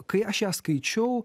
kai aš ją skaičiau